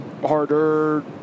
harder